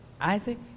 Isaac